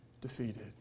defeated